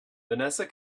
vanessa